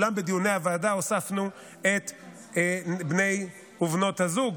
אולם בדיוני הוועדה הוספנו את בני ובנות הזוג